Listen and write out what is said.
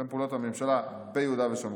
מתאם פעולות הממשלה ביהודה ושומרון,